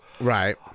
Right